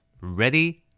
ready